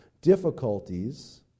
difficulties